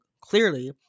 clearly